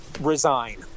Resign